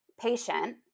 patient